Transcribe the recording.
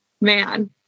man